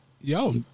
yo